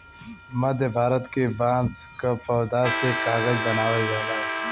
मध्य भारत के बांस क पौधा से कागज बनावल जाला